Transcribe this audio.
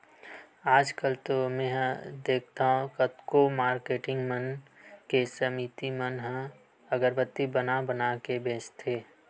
आजकल तो मेंहा देखथँव कतको मारकेटिंग मन के समिति मन ह अगरबत्ती बना बना के बेंचथे